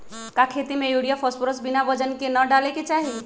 का खेती में यूरिया फास्फोरस बिना वजन के न डाले के चाहि?